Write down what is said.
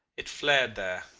it flared there,